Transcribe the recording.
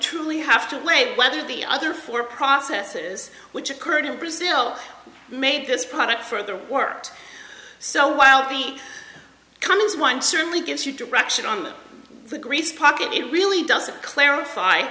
truly have to weigh whether the other four processes which occurred in brazil made this product for the worked so while the commons one certainly gives you direction on the greece pocket it really doesn't clarify